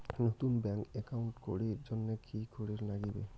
নতুন bank account করির জন্যে কি করিব নাগিবে?